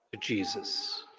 Jesus